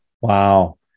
Wow